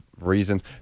reasons